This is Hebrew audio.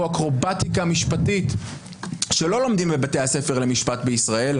אקרובטיקה משפטית שלא בבתי הספר למשפט בישראל,